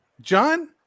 John